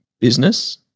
business